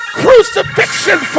crucifixion